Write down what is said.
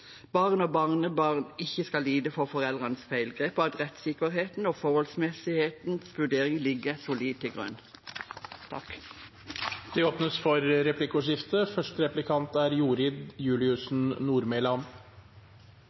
barn og barnebarn ikke skal lide for foreldrenes feilgrep, og at rettssikkerheten og forholdsmessighetens vurdering ligger solid til grunn. Det blir replikkordskifte. Barnefattigdommen i Norge har økt hvert eneste år siden 2013. Det gjelder både for